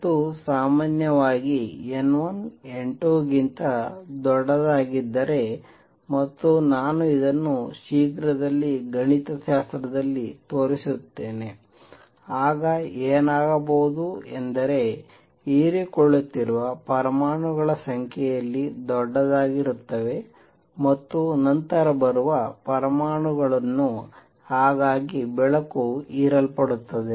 ಮತ್ತು ಸಾಮಾನ್ಯವಾಗಿ N1 N2 ಗಿಂತ ದೊಡ್ಡದಾಗಿದ್ದರೆ ಮತ್ತು ನಾನು ಇದನ್ನು ಶೀಘ್ರದಲ್ಲೇ ಗಣಿತಶಾಸ್ತ್ರದಲ್ಲಿ ತೋರಿಸುತ್ತೇನೆ ಆಗ ಏನಾಗಬಹುದು ಎಂದರೆ ಹೀರಿಕೊಳ್ಳುತ್ತಿರುವ ಪರಮಾಣುಗಳು ಸಂಖ್ಯೆಯಲ್ಲಿ ದೊಡ್ಡದಾಗಿರುತ್ತವೆ ಮತ್ತು ನಂತರ ಬರುವ ಪರಮಾಣುಗಳನ್ನು ಹಾಗಾಗಿ ಬೆಳಕು ಹೀರಲ್ಪಡುತ್ತದೆ